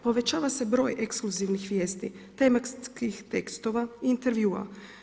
Povećava se broj ekskluzivnih vijesti, tematskih tekstova, intervjua.